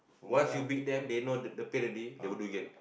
once you beat them they know the the pain already they will do again